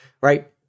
right